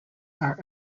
are